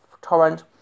torrent